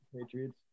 Patriots